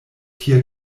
tia